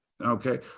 Okay